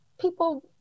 people